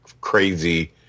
crazy